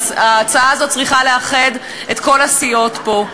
וההצעה הזאת צריכה לאחד את כל הסיעות פה.